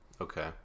Okay